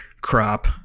crop